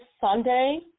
Sunday